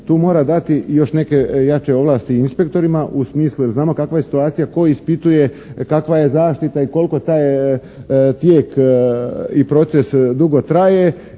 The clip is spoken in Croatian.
tu mora dati i još neke jače ovlasti inspektorima u smislu jer znamo kakva je situacija tko ispituje kakva je zaštita i koliko taj tijek i proces dugo traje